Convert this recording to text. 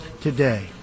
today